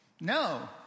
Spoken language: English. no